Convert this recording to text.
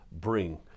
bring